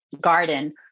garden